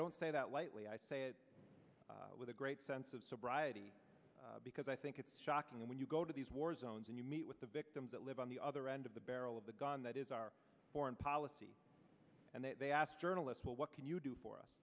don't say that lightly i say it with a great sense of sobriety because i think it's shocking when you go to these war zones and you meet with the victims that live on the other end of the barrel of the gun that is our foreign policy and they ask journalists well what can you do for us